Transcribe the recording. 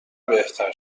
بهتر